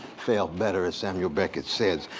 fail better, as samuel beckett says.